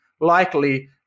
likely